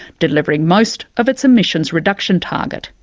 delivering most of its emissions reduction target.